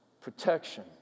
protection